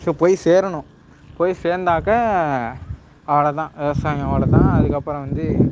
போய் சேரணும் போய் சேர்ந்தாக்க அவ்வளோதான் விவசாயம் அவ்வளோதான் அதுக்கப்புறம் வந்து